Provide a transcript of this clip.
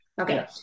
Okay